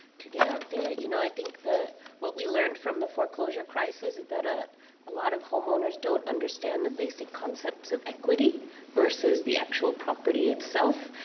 to get out there. you know, i think the what we learned from the foreclosure crisis is that a a lot of homeowners don't understand the basic concepts of equity versus the actual property itself,